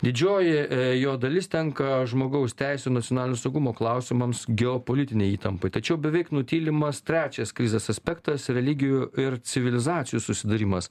didžioji jo dalis tenka žmogaus teisių nacionalinio saugumo klausimams geopolitinei įtampai tačiau beveik nutylimas trečias krizės aspektas religijų ir civilizacijų susidūrimas